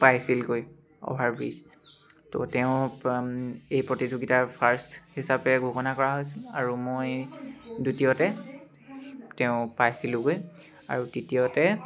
পাইছিলগৈ অ'ভাৰব্ৰিজ তো তেওঁক এই প্ৰতিযোগিতাৰ ফাৰ্ষ্ট হিচাপে ঘোষণা কৰা হৈছিল আৰু মই দ্বিতীয়তে তেওঁ পাইছিলোঁগৈ আৰু তৃতীয়তে